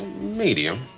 Medium